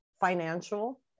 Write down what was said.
financial